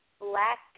black